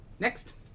Next